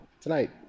tonight